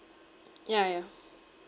ya ya